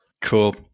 Cool